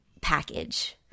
package